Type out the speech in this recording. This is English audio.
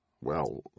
Well